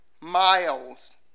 miles